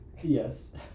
Yes